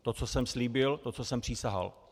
To, co jsem slíbil, to, co jsem přísahal.